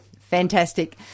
Fantastic